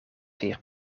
zeer